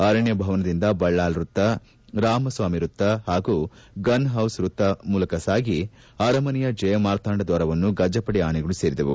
ಅರಣ್ಣ ಭವನದಿಂದ ಬಳ್ಳಾಲ್ ವೃತ್ತ ರಾಮಸ್ವಾಮಿ ವೃತ್ತ ಹಾಗೂ ಗನ್ ಹೌಸ್ ವೃತ್ತ ಮೂಲಕ ಸಾಗಿ ಅರಮನೆಯ ಜಯಮಾರ್ಥಾಂಡದ್ವಾರವನ್ನು ಗಜಪಡೆಯ ಆನೆಗಳು ಸೇರಿದವು